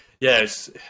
yes